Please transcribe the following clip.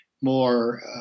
more